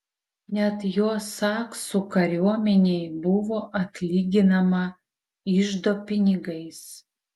net jo saksų kariuomenei buvo atlyginama iždo pinigais